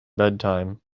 bedtime